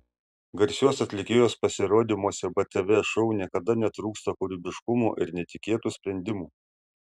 garsios atlikėjos pasirodymuose btv šou niekada netrūksta kūrybiškumo ir netikėtų sprendimų